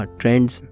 trends